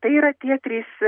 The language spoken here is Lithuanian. tai yra tie trys